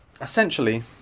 essentially